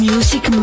Music